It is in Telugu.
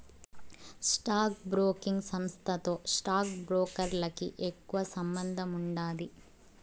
స్టాక్ బ్రోకింగ్ సంస్థతో స్టాక్ బ్రోకర్లకి ఎక్కువ సంబందముండాది